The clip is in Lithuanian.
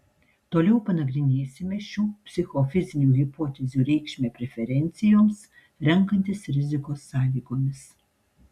toliau panagrinėsime šių psichofizinių hipotezių reikšmę preferencijoms renkantis rizikos sąlygomis